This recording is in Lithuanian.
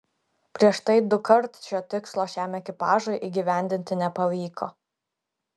prieš tai dukart šio tikslo šiam ekipažui įgyvendinti nepavyko